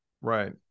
Right